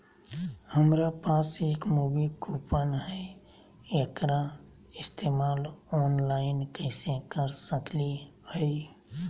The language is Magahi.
हमरा पास एक मूवी कूपन हई, एकरा इस्तेमाल ऑनलाइन कैसे कर सकली हई?